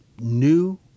new